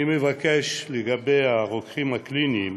אני מבקש, לגבי הרוקחים הקליניים,